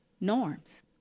norms